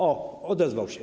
O, odezwał się.